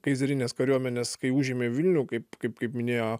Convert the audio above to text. kaizerinės kariuomenės kai užėmė vilnių kaip kaip kaip minėjo